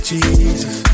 Jesus